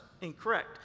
incorrect